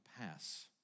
pass